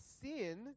sin